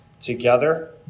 together